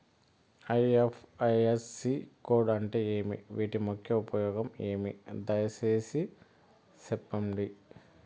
IFSC code అంటే ఏమి? వీటి ముఖ్య ఉపయోగం ఏమి? దయసేసి సెప్పండి?